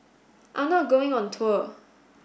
I'm not going on tour